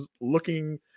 looking